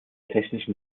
technischen